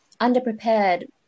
underprepared